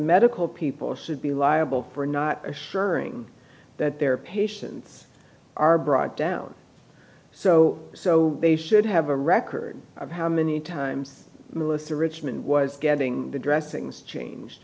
medical people should be liable for not assuring that their patients are brought down so so they should have a record of how many times melissa richmond was getting the dressings changed